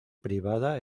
privada